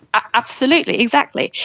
absolutely, exactly,